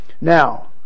Now